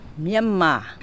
Myanmar